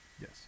Yes